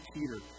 Peter